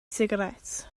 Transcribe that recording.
sigaréts